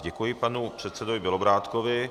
Děkuji panu předsedovi Bělobrádkovi.